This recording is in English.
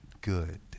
good